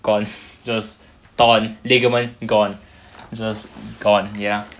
gone just torn ligament gone just gone ya